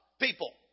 people